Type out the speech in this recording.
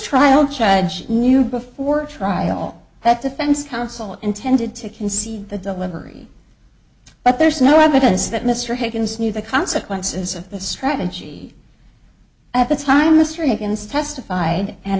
trial judge knew before trial that defense counsel intended to conceive the delivery but there is no evidence that mr higgins knew the consequences of the strategy at the time mr higgins testified